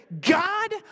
God